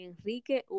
Enrique